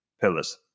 pillars